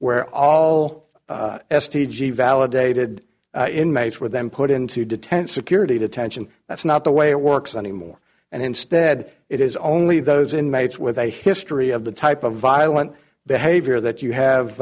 where all s t g validated inmates were then put into detent security detention that's not the way it works anymore and instead it is only those inmates with a history of the type of violent behavior that you have